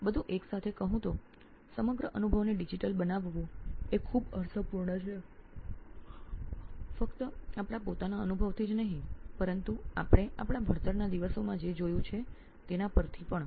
તો બધું એકસાથે કહું તો સમગ્ર અનુભવને ડિજિટલ બનાવવું એ ખૂબ અર્થપૂર્ણ છે ફક્ત આપણા પોતાના અનુભવથી જ નહીં પરંતુ આપણે આપણા ભણતરના દિવસોમાં જે જોયું છે તેના પરથી પણ